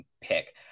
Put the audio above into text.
pick